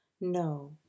No